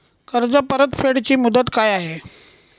कर्ज परतफेड ची मुदत काय आहे?